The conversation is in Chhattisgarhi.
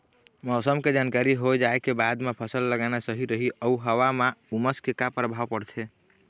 मौसम के जानकारी होथे जाए के बाद मा फसल लगाना सही रही अऊ हवा मा उमस के का परभाव पड़थे?